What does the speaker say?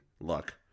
luck